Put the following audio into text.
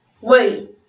Wait